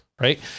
right